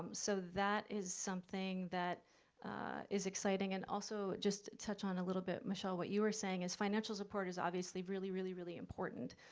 so that is something that is exciting. and also, just touch on a little bit, michelle, what you were saying is financial support is obviously really, really, really important,